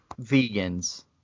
vegans